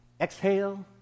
exhale